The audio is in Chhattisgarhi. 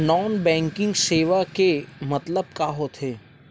नॉन बैंकिंग सेवा के मतलब का होथे?